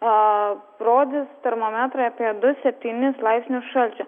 o rodys termometrai apie du septynis laipsnius šalčio